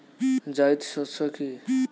জায়িদ শস্য কি?